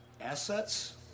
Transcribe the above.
Assets